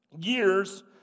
years